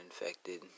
infected